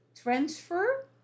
transfer